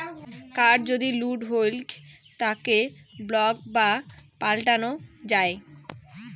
card যদি লুট হউক তাকে ব্লক বা পাল্টানো যাই